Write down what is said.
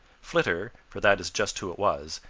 flitter, for that is just who it was,